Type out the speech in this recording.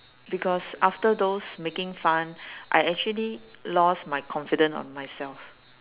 because after those making fun I actually lost my confidence on myself